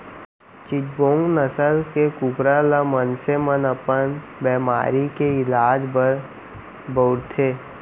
चिटगोंग नसल के कुकरा ल मनसे मन अपन बेमारी के इलाज बर बउरथे